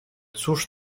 cóż